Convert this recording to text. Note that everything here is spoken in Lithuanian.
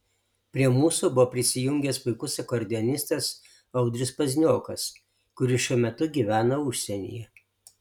prie mūsų buvo prisijungęs puikus akordeonistas audrius pazniokas kuris šiuo metu gyvena užsienyje